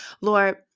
Lord